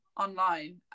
online